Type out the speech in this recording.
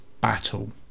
Battle